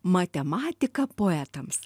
matematika poetams